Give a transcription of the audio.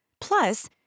Plus